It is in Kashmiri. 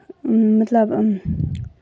مطلب